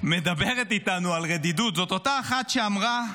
מדברת איתנו על רדידות זאת אותה אחת שאמרה: